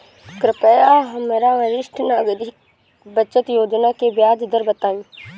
कृपया हमरा वरिष्ठ नागरिक बचत योजना के ब्याज दर बताइं